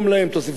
אוכל,